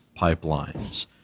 pipelines